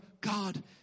God